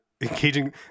engaging